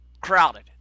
crowded